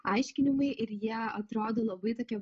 aiškinimai ir jie atrodo labai tokie